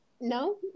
No